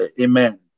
Amen